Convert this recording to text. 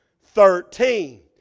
Thirteen